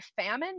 famine